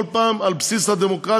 כל פעם על בסיס הדמוקרטיה,